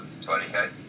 20k